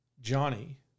Johnny